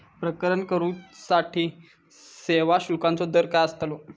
प्रकरण करूसाठी सेवा शुल्काचो दर काय अस्तलो?